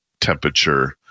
temperature